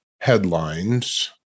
headlines